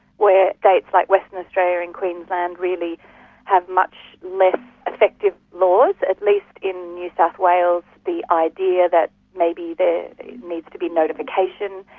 where states like western australia and queensland really have much less effective laws, at least in new south wales the idea that maybe there needs to be notification,